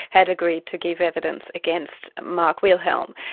had agreed to give evidence against mark wilhelm.